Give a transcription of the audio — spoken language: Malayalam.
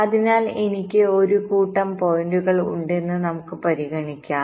അതിനാൽ എനിക്ക് ഒരു കൂട്ടം പോയിന്റുകൾ ഉണ്ടെന്ന് നമുക്ക് പരിഗണിക്കാം